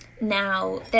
Now